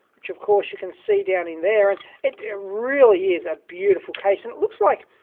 which of course you can see down in there. and it ah really is a beautiful case. and it looks like